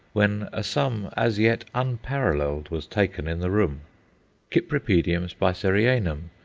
when a sum as yet unparalleled was taken in the room cypripedium spicerianum,